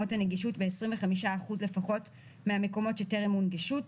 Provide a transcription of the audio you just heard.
בחשוון התשפ"ב, אני מתכבדת לפתוח דיון נוסף של